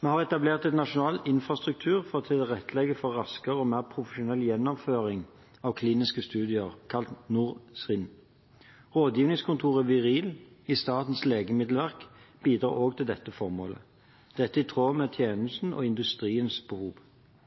Vi har etablert en nasjonal infrastruktur for å tilrettelegge for raskere og mer profesjonell gjennomføring av kliniske studier – kalt NorCRIN. Rådgivningskontoret VIRIL i Statens legemiddelverk bidrar også til dette formålet. Dette er i tråd med tjenestens og industriens behov.